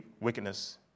wickedness